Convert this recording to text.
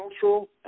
cultural